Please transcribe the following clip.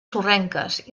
sorrenques